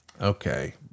okay